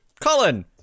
Colin